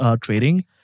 trading